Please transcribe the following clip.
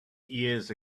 years